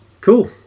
cool